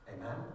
Amen